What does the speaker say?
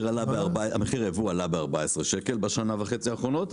מחיר הייבוא עלה ב-14 שקלים בשנה וחצי האחרונות,